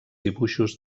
dibuixos